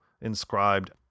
inscribed